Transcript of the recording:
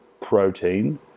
protein